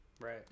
Right